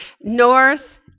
North